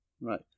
Right